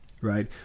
right